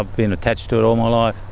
ah been attached to it all my life,